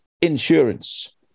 insurance